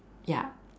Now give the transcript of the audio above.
ya